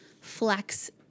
flex